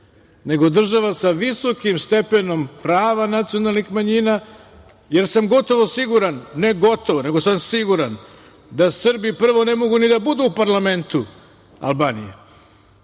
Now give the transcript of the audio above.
nego država sa visokim stepenom prava nacionalnim manjina, jer sam gotovo siguran, ne gotovo nego sam siguran da Srbi prvo ne mogu ni da budu u parlamentu Albanije,